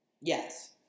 Yes